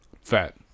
Fat